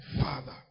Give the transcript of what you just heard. Father